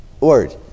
word